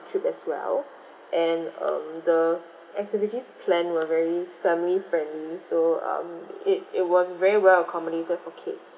trip as well and um the activities plan were very family friendly so um it it was very well accommodated for kids